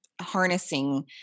harnessing